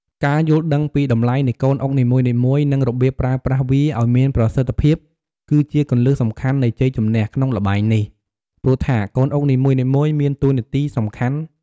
ការយល់ដឹងពីតម្លៃនៃកូនអុកនីមួយៗ និងរបៀបប្រើប្រាស់វាឱ្យមានប្រសិទ្ធភាពគឺជាគន្លឹះសំខាន់នៃជ័យជម្នះក្នុងល្បែងនេះ ព្រោះថាកូនអុកនីមួយៗមានតួនាទីសំខាន់។